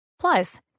plus